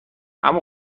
اما